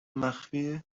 مخفیه